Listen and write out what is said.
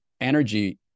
energy